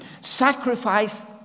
Sacrifice